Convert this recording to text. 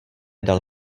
dal